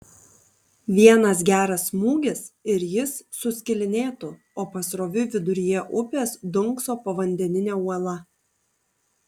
vienas geras smūgis ir jis suskilinėtų o pasroviui viduryje upės dunkso povandeninė uola